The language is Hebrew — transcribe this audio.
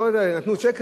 לא אומרים לך: תשמע,